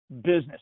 business